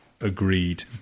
agreed